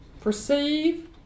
perceive